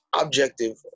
objective